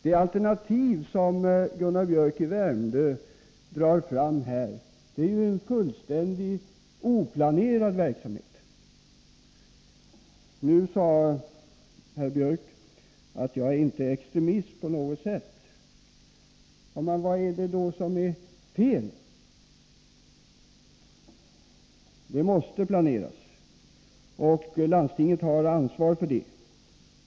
Det alternativ som Gunnar Biörck i Värmdö drar fram innebär ju en fullständigt oplanerad verksamhet. Nu sade herr Biörck att han inte är extremist på något sätt. Ja, men vad är det då som är fel? Det måste planeras, och landstingen har ansvar för detta.